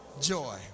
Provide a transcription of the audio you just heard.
joy